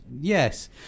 Yes